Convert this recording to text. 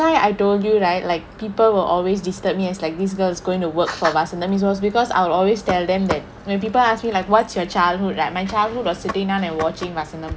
why I told you right like people will always disturb me as like this girl is going to work for vasantham was because I will always tell them that when people ask me like what's your childhood right my childhood was sitting down and watching vasantham